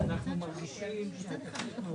קחי את הכנסת אני חושב שפעם